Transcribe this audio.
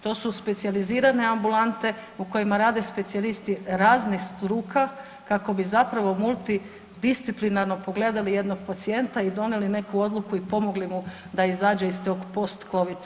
To su specijalizirane ambulante u kojima rade specijalisti raznih struka kako bi zapravo multidisciplinarno pogledali jednog pacijenta i donijeli neku odluku i pomogli mu da izađe iz tog post covid sindroma.